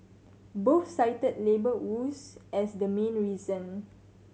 both cited labour woes as the main reason